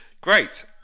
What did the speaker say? Great